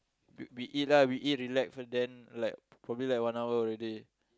we we eat lah we eat relax first then like probably like one hour already